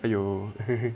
!aiyo!